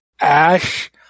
ash